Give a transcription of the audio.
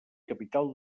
capital